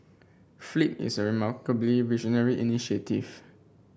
flip is a remarkably visionary initiative